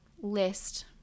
list